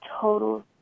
total